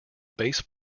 base